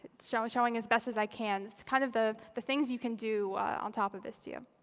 showing showing as best as i can kind of the the things you can do on top of istio.